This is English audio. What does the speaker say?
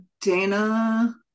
Dana